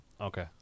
Okay